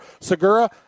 Segura